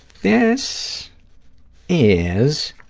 this is